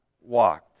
walked